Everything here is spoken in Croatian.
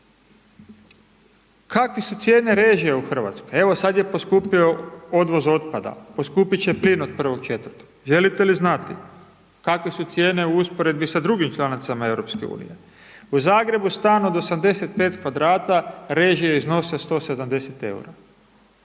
Kakve su cijene režija u Hrvatskoj, evo sad je poskupio odvoz otpada, poskupit će plin od 1.4., želite li znati kakve su cijene u usporedbi sa drugim članicama EU. U Zagrebu stan od 85m2 režije iznose 170 EUR-a,